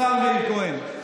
השר מאיר כהן,